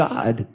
God